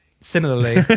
similarly